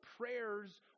prayers